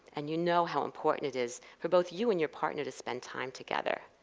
and you know how important it is for both you and your partner to spend time together.